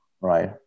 right